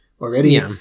already